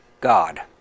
God